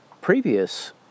previous